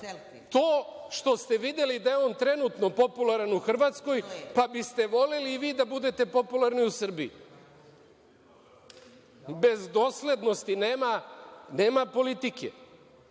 To što ste videli da je on trenutno popularan u Hrvatskoj, pa biste voleli i vi da budete popularni u Srbiji? Bez doslednosti nema politike.